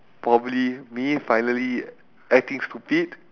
probably me finally acting stupid